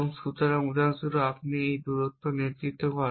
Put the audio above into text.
সুতরাং উদাহরণস্বরূপ আপনি এটি দূরত্ব নেতৃত্বে করেন